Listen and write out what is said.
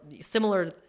similar